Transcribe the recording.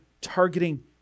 targeting